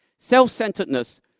Self-centeredness